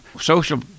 social